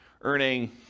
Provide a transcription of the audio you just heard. earning